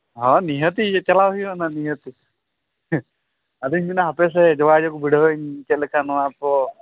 ᱦᱚᱸ ᱱᱤᱦᱟᱹᱛᱤ ᱪᱟᱞᱟᱣ ᱦᱩᱭᱩᱜᱼᱟ ᱚᱱᱟ ᱱᱤᱦᱟᱹᱛᱤ ᱟᱫᱩᱧ ᱢᱮᱱᱮᱫᱼᱟ ᱦᱟᱯᱮᱥᱮ ᱡᱳᱜᱟᱡᱳᱜᱽ ᱵᱤᱰᱟᱹᱣ ᱪᱮᱫᱞᱮᱠᱟ ᱱᱚᱣᱟ ᱠᱚ